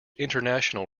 international